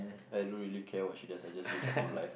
I don't really care what she does I just live my own life